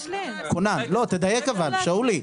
לא, תדייק אבל שאולי.